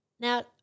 Now